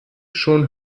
schon